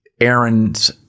Aaron's